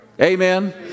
Amen